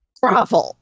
Bravo